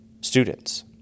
students